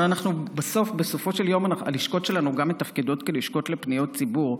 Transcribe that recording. הרי בסופו של יום הלשכות שלנו גם מתפקדות כלשכות לפניות ציבור.